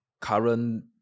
current